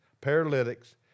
paralytics